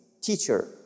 Teacher